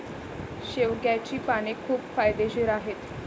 शेवग्याची पाने खूप फायदेशीर आहेत